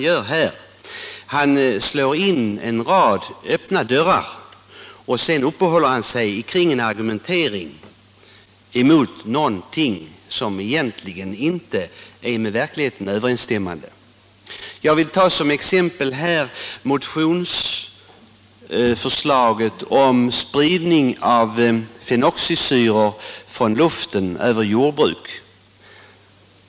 Herr Måbrink slår in öppna dörrar, och sedan för han en argumentering mot något som egentligen inte är med verkligheten överensstämmande. Jag vill som exempel ta motionsförslaget om spridning av fenoxisyror från luften över jordbruk.